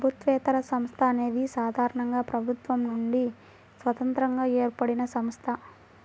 ప్రభుత్వేతర సంస్థ అనేది సాధారణంగా ప్రభుత్వం నుండి స్వతంత్రంగా ఏర్పడినసంస్థ